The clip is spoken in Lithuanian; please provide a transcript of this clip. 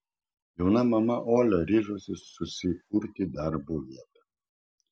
jauna mama olia ryžosi susikurti darbo vietą